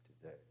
today